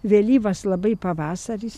vėlyvas labai pavasaris